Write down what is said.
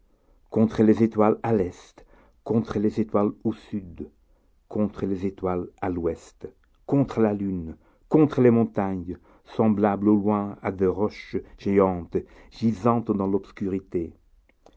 contre les étoiles à l'est contre les étoiles au sud contre les étoiles à l'ouest contre la lune contre les montagnes semblables au loin à des roches géantes gisantes dans l'obscurité